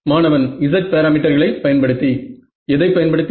மாணவன் Z பாராமீட்டர்களை பயன்படுத்தி எதை பயன்படுத்தி